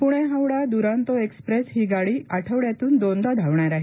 Pune Howrah Duronto express ही गाड़ी आठवड्यातून दोनादा धावणार आहे